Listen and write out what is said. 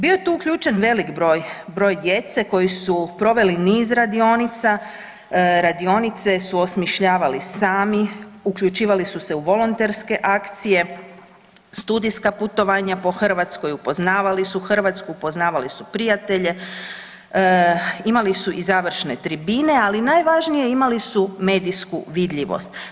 Bio je tu uključen velik broj, broj djece koji su proveli niz radionica, radionice su osmišljavali sami, uključivali su se u volonterske akcije, studijska putovanja po Hrvatskoj, upoznavali su Hrvatsku, upoznavali su prijatelje, imali su i završne tribine ali i najvažnije imali su medijsku vidljivost.